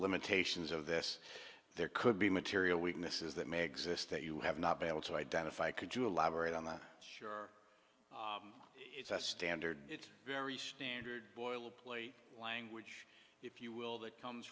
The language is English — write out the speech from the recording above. limitations of this there could be material weaknesses that may exist that you have not been able to identify could you elaborate on that sure it's a standard it's very standard boilerplate language if you will that comes